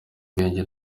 bwenge